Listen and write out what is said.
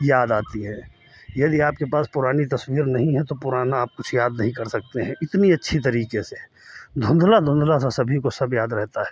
याद आती है यदि आपके पास पुरानी तस्वीर नहीं है तो पुराना आप कुछ याद नहीं कर सकते हैं इतनी अच्छी तरीके से धुंधला धुंधला सा सभी को सब याद रहता है